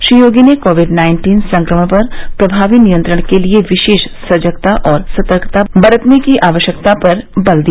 श्री योगी ने Covid nineteen संक्रमण पर प्रभावी नियंत्रण के लिये विशेष सजगता और सतर्कता बरतने की आवश्यकता पर बल दिया